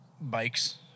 bikes